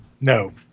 No